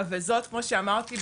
וזאת כמו שאמרתי,